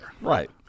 Right